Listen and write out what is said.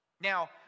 Now